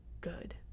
good